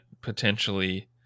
potentially –